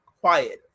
quiet